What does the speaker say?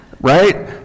Right